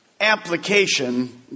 application